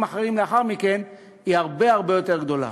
אחרים לאחר מכן היא הרבה הרבה יותר גדולה.